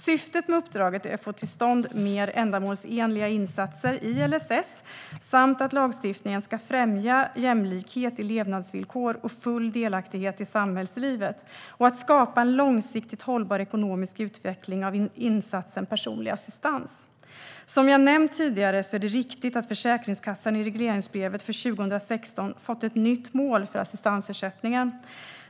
Syftet med uppdraget är att få till stånd mer ändamålsenliga insatser i LSS samt att lagstiftningen ska främja jämlikhet i levnadsvillkor och full delaktighet i samhällslivet och skapa en långsiktigt hållbar ekonomisk utveckling av insatsen personlig assistans. Som jag nämnt tidigare är det riktigt att Försäkringskassan i regleringsbrevet för 2016 fått ett nytt mål för assistansersättningen.